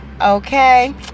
okay